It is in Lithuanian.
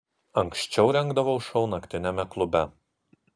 anksčiau rengdavau šou naktiniame klube